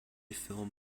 film